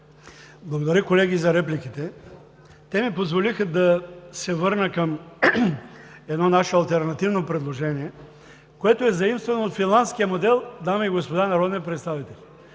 благодаря за репликите. Те ми позволиха да се върна към едно наше алтернативно предложение, заимствано от Финландския модел, дами и господа народни представители!